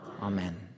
Amen